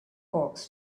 hawks